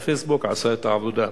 וה"פייסבוק" עשה את העבודה.